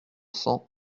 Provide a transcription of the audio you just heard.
cents